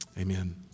Amen